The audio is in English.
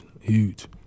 huge